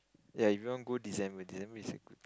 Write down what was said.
ya if you want go December December is a good